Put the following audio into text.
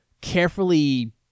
carefully